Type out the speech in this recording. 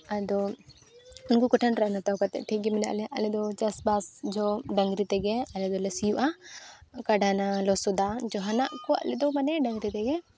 ᱟᱫᱚ ᱩᱱᱠᱩ ᱠᱚᱴᱷᱮᱱ ᱨᱟᱱ ᱦᱟᱛᱟᱣ ᱠᱟᱛᱮᱫ ᱴᱷᱤᱠ ᱜᱮ ᱢᱮᱱᱟᱜ ᱞᱮᱭᱟ ᱟᱞᱮᱫᱚ ᱪᱟᱥᱵᱟᱥ ᱡᱚᱦᱚᱜ ᱰᱟᱹᱝᱨᱤ ᱛᱮᱜᱮ ᱟᱞᱮ ᱫᱚᱞᱮ ᱥᱤᱭᱚᱜᱼᱟ ᱠᱟᱰᱟ ᱱᱟᱦᱮᱞ ᱞᱚᱥᱚᱫᱟ ᱡᱟᱦᱟᱱᱟᱜ ᱠᱚᱣᱟᱜ ᱨᱮᱫᱚ ᱢᱟᱱᱮ ᱰᱟᱹᱝᱨᱤ ᱛᱮᱜᱮ